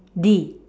D